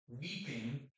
weeping